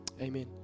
Amen